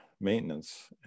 maintenance